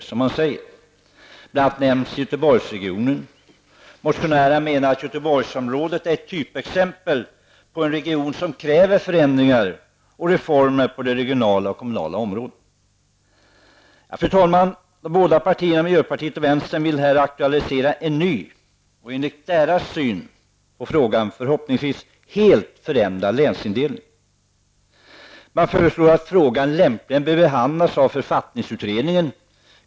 I motionen nämns bl.a. Göteborgsregionen. Motionärerna menar att Göteborgsområdet är ett typexempel på en region som kräver förändringar och reformer på det regionala och kommunala området. Fru talman! De båda partierna, miljöpartiet och vänsterpartiet, vill ha en ny och, enhelt förändrad länsindelning. De föreslår att frågan lämpligen bör behandlas av författningsutredningen.